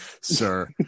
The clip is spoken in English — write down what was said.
sir